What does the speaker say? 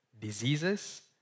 diseases